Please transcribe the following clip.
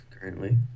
currently